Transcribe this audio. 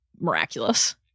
miraculous